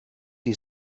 die